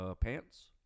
pants